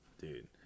Dude